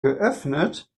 geöffnet